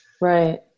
Right